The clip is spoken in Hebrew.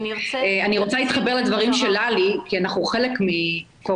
אני רוצה להתחבר לדברים של ללי כי אנחנו חלק מפורום